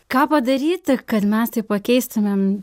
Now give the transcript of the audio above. ką padaryti kad mes tai pakeistumėm